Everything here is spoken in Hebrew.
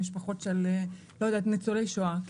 במשפחות של ניצולי שואה,